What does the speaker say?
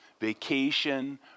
vacation